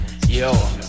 Yo